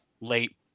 late